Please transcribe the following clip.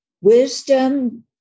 Wisdom